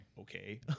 okay